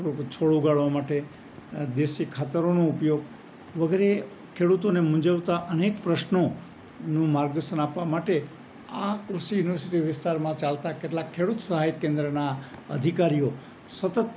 છોડ ઉગાડવા માટે આ દેશી ખાતરોનો ઉપયોગ વગેરે ખેડૂતોને મૂંઝવતા અનેક પ્રશ્નોનું માર્ગદર્શન આપવા માટે આ કૃસી યુનિવર્સિટી વિસ્તારમાં ચાલતા કેટલાક ખેડૂત સહાય કેન્દ્રના અધિકારીઓ સતત